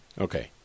Okay